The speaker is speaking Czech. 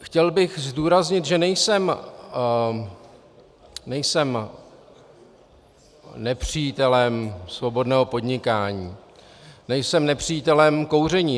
Chtěl bych zdůraznit, že nejsem nepřítelem svobodného podnikání, nejsem nepřítelem kouření.